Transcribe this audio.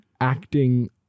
...acting